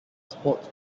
sports